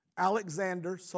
Alexander